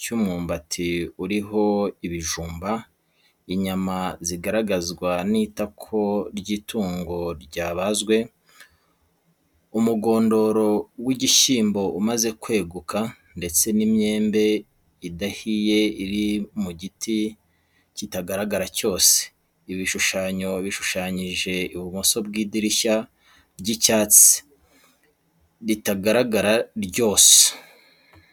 cy'umwumbati uriho ibijumba, inyama zigaragazwa n'itako ry'itungo ryabazwe, umugondoro w'igishyimbo umaze kweguka, ndetse n'imyembe idahiye iri mu giti kitagaragara cyose. Ibi bishushanyo bishushanyije ibumoso bw'idirishya ry'icyatsi, ritagaragara ryose.